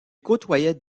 côtoyait